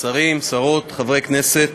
שרים, שרות, חברי הכנסת,